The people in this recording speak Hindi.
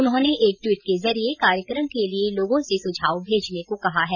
उन्होंने एक ट्वीट के जरिए कार्यक्रम के लिए लोगों से सुझाव भेजने को कहा है